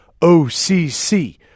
OCC